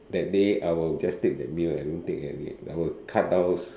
that day I will just take that meal I don't take any I will cut down